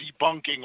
debunking